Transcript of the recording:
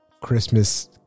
Christmas